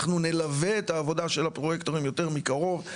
אנחנו נלווה את העבודה של הפרויקטורים יותר מקרוב,